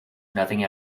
nothing